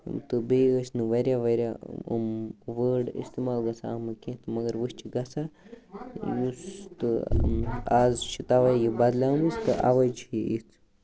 تہٕ بیٚیہِ ٲسۍ نہٕ واریاہ واریاہ یِم واڑ اِستعمال گژھان اَتھ منٛز کیٚنٛہہ تہٕ مَگر وۄنۍ چھِ گژھان یُس تہٕ آز چھِ توَے یہِ بدلیٚمٕژ توَے چھ یہِ